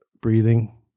Breathing